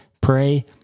pray